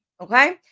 Okay